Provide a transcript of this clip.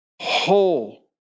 whole